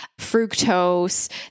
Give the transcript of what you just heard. fructose